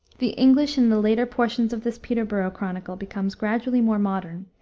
the english in the later portions of this peterborough chronicle becomes gradually more modern,